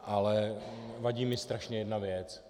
Ale vadí mi strašně jedna věc.